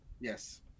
Yes